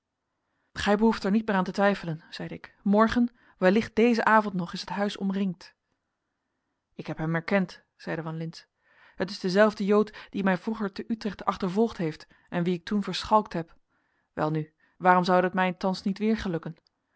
gij behoeft er niet meer aan te twijfelen zeide ik morgen wellicht dezen avond nog is het huis omringd ik heb hem herkend zeide van lintz het is dezelfde jood die mij vroeger te utrecht achtervolgd heeft en wien ik toen verschalkt heb welnu waarom zoude het wij thans niet weer gelukken